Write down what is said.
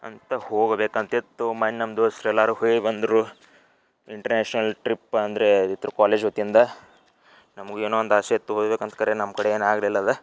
ಅಂತ ಹೋಗಬೇಕಂತಿತ್ತು ಮೊನ್ ನಮ್ಮ ದೋಸ್ತ್ರು ಎಲ್ಲರೂ ಹೋಗಿ ಬಂದರು ಇಂಟ್ರಾಷ್ನಲ್ ಟ್ರಿಪ್ ಅಂದ್ರೆ ಇದ್ರ ಕಾಲೇಜ್ ವತಿಯಿಂದ ನಮ್ಗೆ ಏನೋ ಒಂದು ಆಸೆ ಇತ್ತು ಹೋಗ್ಬೇಕಂತ ಕರೆ ನಮ್ಮ ಕಡೆ ಏನು ಆಗ್ಲಿಲ್ಲ ಅದು